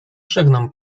żegnam